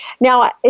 Now